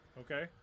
Okay